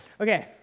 okay